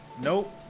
Nope